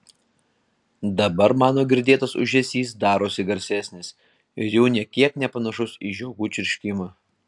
dabar mano girdėtas ūžesys darosi garsesnis ir jau nė kiek nepanašus į žiogų čirškimą